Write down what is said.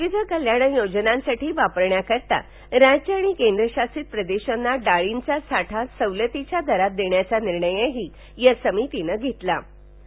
विविध कल्वाण योजनांसाठी वापरण्याकरिता राज्य आणि केंद्रशासित प्रदेशांना डाळींचा साठा सवलतीच्या दरात देण्याचाही निर्णयही या समितीनं घेतला माहे